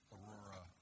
Aurora